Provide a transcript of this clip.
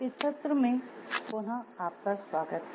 इस सत्र में पुनः आपका स्वागत है